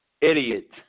idiot